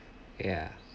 ya